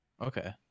Okay